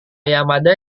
yamada